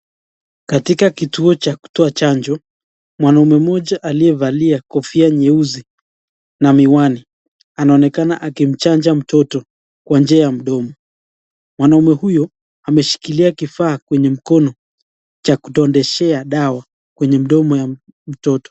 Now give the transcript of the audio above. Katika kituo cha kutoa chanjo mwanaume mmoja aliyevalia kofia nyeusi na miwani anaonekana akimchanja mtoto kwa njia ya mdomo , mwanaume huyo amemshikilia kifaa kwenye mkono cha kudondeshea dawa kwenye mdomo ya mtoto.